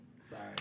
Sorry